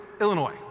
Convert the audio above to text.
Illinois